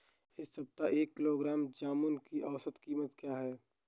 इस सप्ताह एक किलोग्राम जामुन की औसत कीमत क्या है?